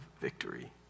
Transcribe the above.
victory